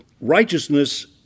righteousness